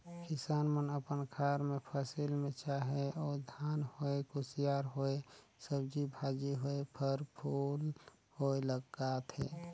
किसान मन अपन खार मे फसिल में चाहे ओ धान होए, कुसियार होए, सब्जी भाजी होए, फर फूल होए लगाथे